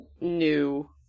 new